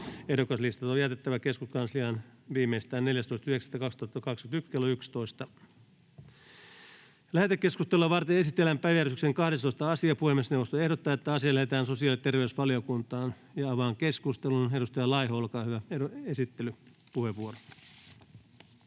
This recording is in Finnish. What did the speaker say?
58 ja 81 §:n muuttamisesta Time: N/A Content: Lähetekeskustelua varten esitellään päiväjärjestyksen 12. asia. Puhemiesneuvosto ehdottaa, että asia lähetetään sosiaali- ja terveysvaliokuntaan. — Avaan keskustelun. Edustaja Laiho, olkaa hyvä. Esittelypuheenvuoro.